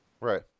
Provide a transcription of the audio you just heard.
Right